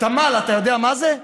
תמ"ל, אתה יודע מה זה?